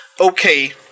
Okay